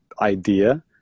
idea